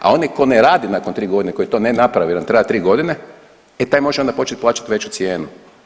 A onaj koji ne radi nakon tri godine, koji to ne napravi jer nam traje tri godine e taj može onda početi plaćati veću cijenu.